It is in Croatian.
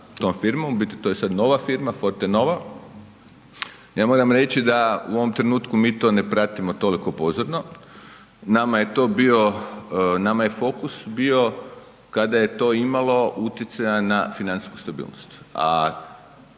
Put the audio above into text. tom firmom, u biti to je sada nova firma Forte nova. Ja moram reći da u ovom trenutku mi to ne pratimo toliko pozorno. Nama je fokus bio kada je to imala utjecaja na financijsku stabilnost.